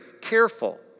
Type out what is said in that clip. careful